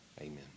amen